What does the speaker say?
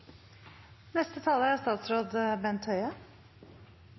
Neste taler er